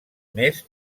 mes